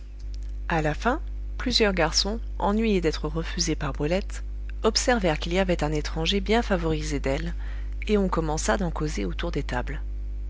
à la fin plusieurs garçons ennuyés d'être refusés par brulette observèrent qu'il y avait un étranger bien favorisé d'elle et on commença d'en causer autour des tables